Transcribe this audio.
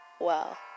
wow